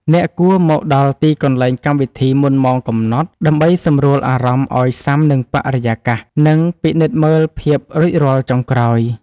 អ្នកគួរមកដល់ទីកន្លែងកម្មវិធីមុនម៉ោងកំណត់ ដើម្បីសម្រួលអារម្មណ៍ឱ្យស៊ាំនឹងបរិយាកាស និងពិនិត្យមើលភាពរួចរាល់ចុងក្រោយ។